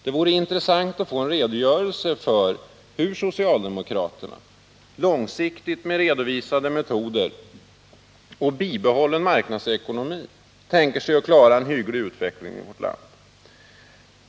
Det vore intressant att få en redogörelse för hur socialdemokraterna långsiktigt, med redovisade metoder och bibehållen marknadsekonomi, tänker sig att klara en positiv utveckling i vårt land.